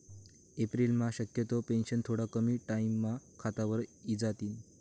एप्रिलम्हा शक्यतो पेंशन थोडा कमी टाईमम्हा खातावर इजातीन